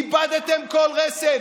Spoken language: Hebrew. איבדתם כל רסן.